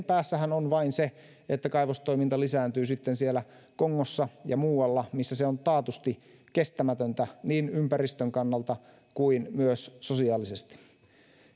päässähän on vain se että kaivostoiminta lisääntyy sitten kongossa ja muualla missä se on taatusti kestämätöntä niin ympäristön kannalta kuin myös sosiaalisesti